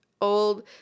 Old